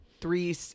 three